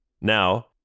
Now